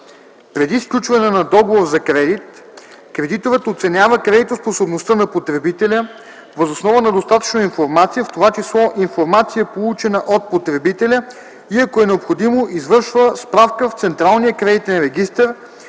Преди сключване на договор за кредит кредиторът оценява кредитоспособността на потребителя въз основа на достатъчно информация, в т.ч. информация, получена от потребителя, и ако е необходимо, извършва справка в Централния кредитен регистър